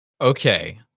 Okay